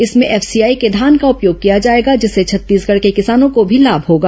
इसमें एफसीआई के धान का उपयोग किया जाएगा जिससे छत्तीसगढ़ के किसानों को भी लाभ होगा